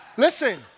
Listen